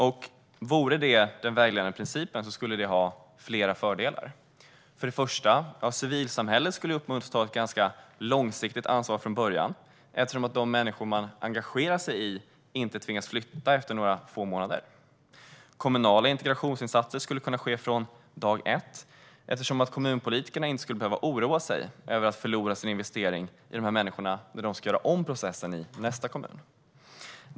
Om det vore den vägledande principen skulle det ha flera fördelar. Först och främst skulle civilsamhället uppmuntras att ta ett ganska långsiktigt ansvar från början, eftersom de människor man engagerar sig i inte tvingas flytta efter några få månader. Kommunala integrationsinsatser skulle kunna ske från dag ett, eftersom kommunpolitikerna inte skulle behöva oroa sig för att förlora sin investering i de här människorna när de ska göra om processen i nästa kommun.